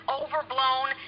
overblown